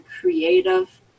creative